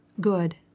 good